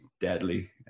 deadly